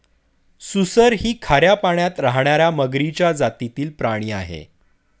सुसर ही खाऱ्या पाण्यात राहणार्या मगरीच्या जातीतील प्राणी आहे